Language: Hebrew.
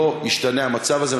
לא ישתנה המצב הזה.